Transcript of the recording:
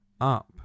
up